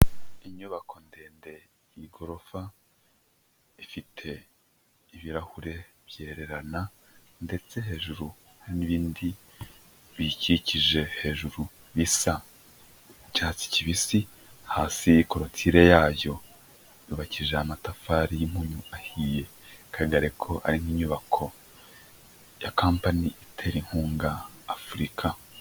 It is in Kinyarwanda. Inyubako ndende y'igorofa ifite ibirahure byererana ndetse hejuru hari n'ibindi biyikikije hejuru bisa icyatsi kibisi, hasi korutire yayo yubakije amatafari y'impunyu ahiye bigaragare ko ari inyubako ya kampani itera inkunga Afurika.